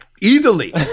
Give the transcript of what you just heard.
Easily